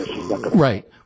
Right